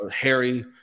Harry